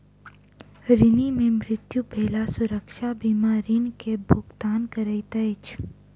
ऋणी के मृत्यु भेला सुरक्षा बीमा ऋण के भुगतान करैत अछि